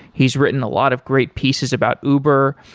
he's written a lot of great pieces about uber.